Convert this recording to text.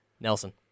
Nelson